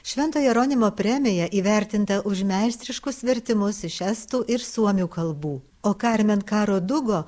švento jeronimo premija įvertinta už meistriškus vertimus iš estų ir suomių kalbų o karmen karo dugo